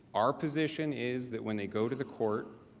our position is that when they go to the court,